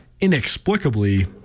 inexplicably